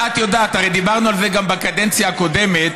הרי דיברנו על זה גם בקדנציה הקודמת,